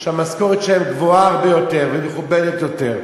שהמשכורת שלהם גבוהה הרבה יותר ומכובדת יותר,